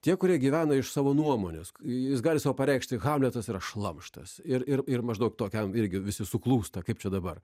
tie kurie gyvena iš savo nuomonės jis gali sau pareikšti hamletas yra šlamštas ir ir ir maždaug tokiam irgi visi suklūsta kaip čia dabar